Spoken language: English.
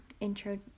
intro